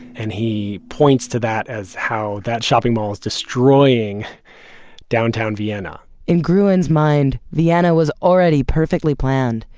and he points to that as how that shopping mall is destroying downtown vienna in gruen's mind, vienna was already perfectly planned.